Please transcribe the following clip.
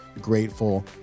Grateful